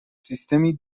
سیستمی